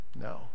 no